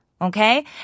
Okay